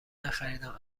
نخریدم